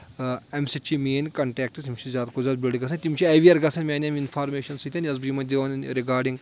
اَمہِ سۭتۍ چھِ میٲنۍ کَنٹیکٹٕس یِم چھِ زیادٕ کھۄتہٕ زیادٕ بیُلڈ گژھان تِم چھِ اؠوِیر گژھان میانہِ اَمہِ اِنفارمیشَن سۭتۍ یۄس بہٕ یِمَن دِوان رِگاڈِنٛگ